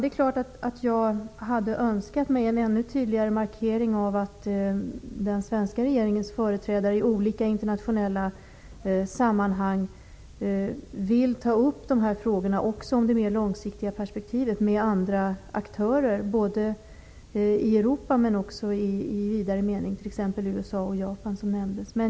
Det är klart att jag hade önskat mig en ännu tydligare markering av att den svenska regeringens företrädare vill ta upp dessa frågor om det långsiktiga perspektivet i olika internationella sammanhang med andra aktörer i Europa, men även i vidare mening i t.ex. USA och Japan, som nämndes.